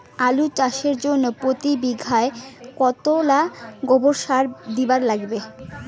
আলু চাষের জইন্যে প্রতি বিঘায় কতোলা গোবর সার দিবার লাগে?